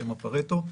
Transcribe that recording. שהם הפארטו,